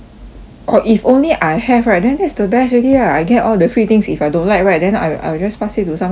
orh if only I have right then that's the best already ah I get all the free things if I don't like right then I I will just pass it to someone else lor